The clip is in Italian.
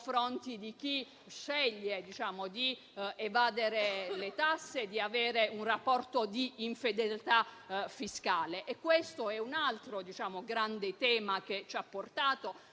di chi sceglie di evadere le tasse e di avere un rapporto di infedeltà fiscale. Questo è un altro grande tema che ci ha portato